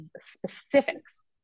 specifics